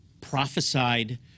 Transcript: prophesied